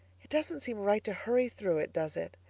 it doesn't seem right to hurry through it, does it?